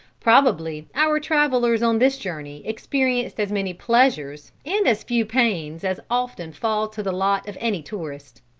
probably our travelers on this journey experienced as many pleasures and as few pains as often fall to the lot of any tourist.